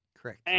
Correct